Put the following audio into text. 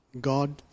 God